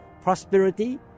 prosperity